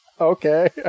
Okay